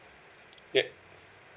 yup